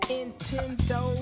Nintendo